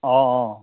অঁ অঁ